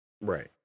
Right